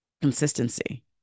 consistency